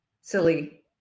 Silly